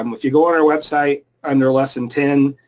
um if you go on our website under lesson ten,